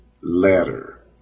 letter